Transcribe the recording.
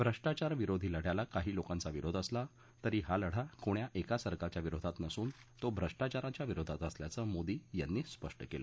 भ्रष्टाचार विरोधी लढ्याला काही लोकांचा विरोध असला तरी हा लढा कोण्याएका सरकारच्या विरोधात नसून तो भ्रष्टाचाराच्या विरोधात असल्याचं मोदी यांनी स्पष्ट केलं